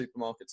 supermarkets